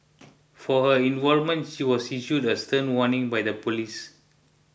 for her involvement she was issued a stern warning by the police